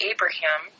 Abraham